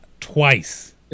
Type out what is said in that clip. twice